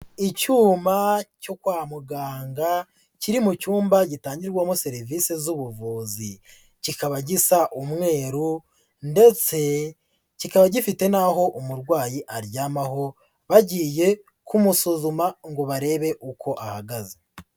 Icyuma cyo kwa muganga kiri mu cyumba gitangirwamo serivisi z'ubuvuzi, kikaba gisa umweru ndetse kikaba gifite n'aho umurwayi aryamaho bagiye kumusuzuma ngo barebe uko ahagaze.